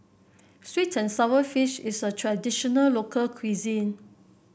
sweet and sour fish is a traditional local cuisine